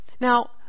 Now